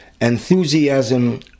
enthusiasm